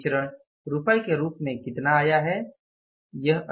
यह विचरण रुपए के रूप में कितना आया है